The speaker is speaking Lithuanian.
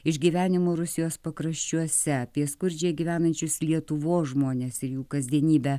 išgyvenimų rusijos pakraščiuose apie skurdžiai gyvenančius lietuvos žmones ir jų kasdienybę